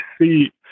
see